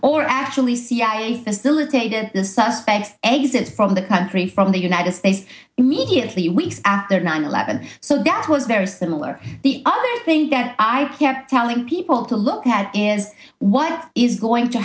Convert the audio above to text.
or actually cia facilitated the suspects exit from the country from the united states immediately weeks after nine eleven so that was very similar the other thing that i kept telling people to look at is what is going to